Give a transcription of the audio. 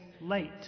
late